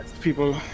People